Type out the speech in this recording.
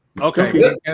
Okay